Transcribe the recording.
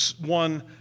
one